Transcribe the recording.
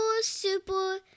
super